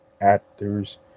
actors